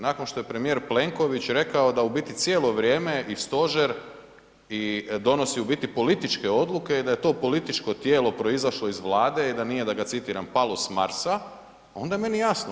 Nakon što je premijer Plenković rekao da u biti cijelo vrijeme i Stožer i donosi u biti političke odluke i da je to političko tijelo proizašlo iz Vlade i da nije, da ga citiram, palo s Marsa, onda je meni jasno.